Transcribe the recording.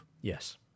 Yes